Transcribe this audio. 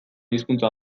hizkuntza